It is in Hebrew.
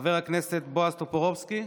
חבר הכנסת בועז טופורובסקי,